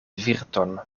virton